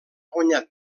guanyat